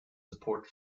support